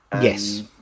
yes